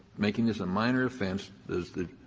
making this a minor offense, does the